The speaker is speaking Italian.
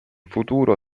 futuro